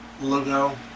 logo